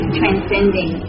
transcending